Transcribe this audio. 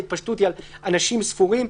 האם ההתפשטות היא על אנשים ספורים?